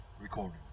recording